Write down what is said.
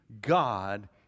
God